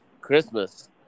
Christmas